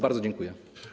Bardzo dziękuję.